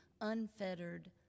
unfettered